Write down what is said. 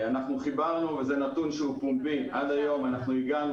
אנחנו חיברנו וזה נתון פומבי עד היום הגענו